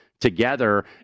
together